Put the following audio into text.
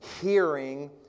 hearing